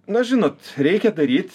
na žinot reikia daryt